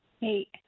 Hey